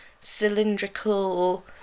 cylindrical